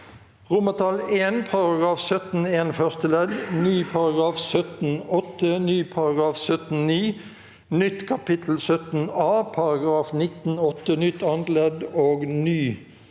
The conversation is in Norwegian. over I § 17-1 første ledd, ny § 17-8, ny § 17-9, nytt kapittel 17A, § 19-8 nytt annet ledd og ny